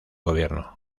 gobierno